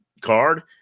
card